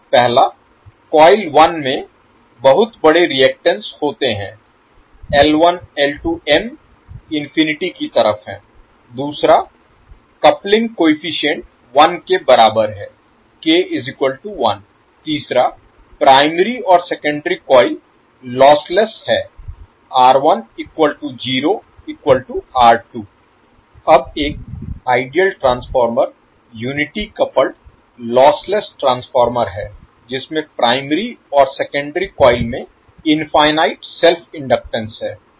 1 coil में बहुत बड़े रीअक्टैंस होते हैं 2 कपलिंग कोएफ़िशिएंट 1 के बराबर है k 1 3 प्राइमरी और सेकेंडरी कॉइल लॉसलेस हैं अब एक ideal transformer unity coupled lossless transformer है जिसमें प्राइमरी और सेकेंडरी कॉइल में इनफाईनाईट सेल्फ इनडक्टेंस है